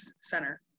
center